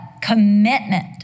commitment